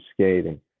skating